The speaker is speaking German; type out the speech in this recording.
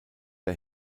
der